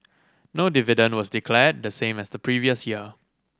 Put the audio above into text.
no dividend was declared the same as the previous year